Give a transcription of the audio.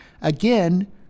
Again